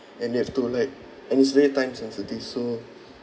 and they have to leg and yesterday time sensitive so